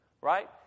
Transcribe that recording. Right